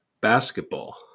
basketball